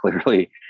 clearly